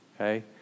okay